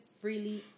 freely